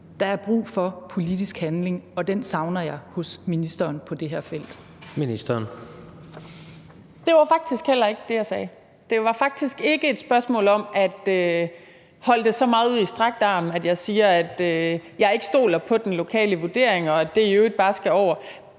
og forskningsministeren (Ane Halsboe-Jørgensen): Det var faktisk heller ikke det, jeg sagde. Det var faktisk ikke et spørgsmål om at holde det så meget ud i strakt arm, at jeg siger, at jeg ikke stoler på den lokale vurdering, og det i øvrigt bare skal over,